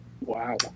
wow